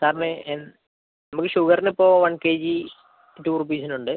സാറിന് എൻ നമുക്ക് ഷുഗറിന് ഇപ്പോൾ വൺ കെ ജി ടു റുപ്പീസിനുണ്ട്